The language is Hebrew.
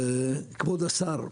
כבוד השר,